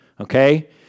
okay